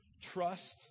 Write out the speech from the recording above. Trust